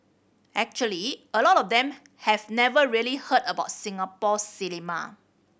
actually a lot of them have never really heard about Singapore cinema